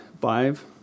five